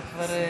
אתה כבר,